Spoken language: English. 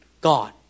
God